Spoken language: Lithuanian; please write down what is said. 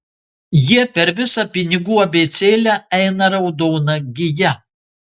jie per visą pinigų abėcėlę eina raudona gija